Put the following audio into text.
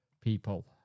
people